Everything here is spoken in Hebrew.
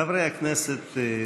חברי הכנסת,